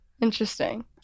Interesting